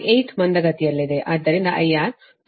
8 ಮಂದಗತಿಯಲ್ಲಿದೆ ಆದ್ದರಿಂದ IR 279